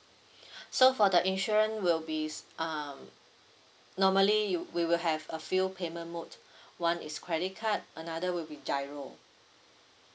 so for the insurance will be s~ um normally you we will have a few payment mode one is credit card another will be GIRO